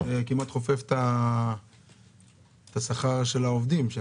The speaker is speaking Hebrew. זה כמעט חופף את שכר העובדים.